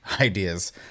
ideas